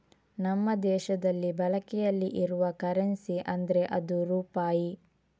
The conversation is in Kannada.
ನಮ್ಮ ದೇಶದಲ್ಲಿ ಬಳಕೆಯಲ್ಲಿ ಇರುವ ಕರೆನ್ಸಿ ಅಂದ್ರೆ ಅದು ರೂಪಾಯಿ